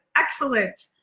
excellent